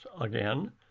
again